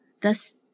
thus